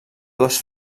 dues